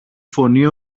φωνή